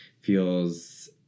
feels